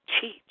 Teach